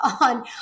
on